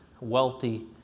wealthy